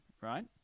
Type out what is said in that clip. right